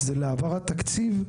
זה להעברת תקציב,